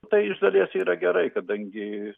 tai iš dalies yra gerai kadangi